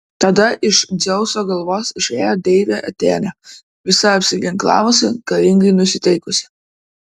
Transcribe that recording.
tada iš dzeuso galvos išėjo deivė atėnė visa apsiginklavusi karingai nusiteikusi